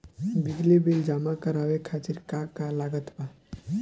बिजली बिल जमा करावे खातिर का का लागत बा?